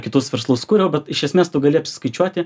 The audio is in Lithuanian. kitus verslus kūriau bet iš esmės tu gali apsiskaičiuoti